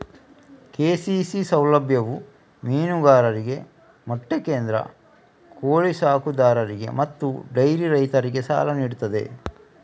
KCC ಸೌಲಭ್ಯವು ಮೀನುಗಾರರಿಗೆ, ಮೊಟ್ಟೆ ಕೇಂದ್ರ, ಕೋಳಿ ಸಾಕುದಾರರಿಗೆ ಮತ್ತು ಡೈರಿ ರೈತರಿಗೆ ಸಾಲ ನೀಡುತ್ತದೆ